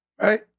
Right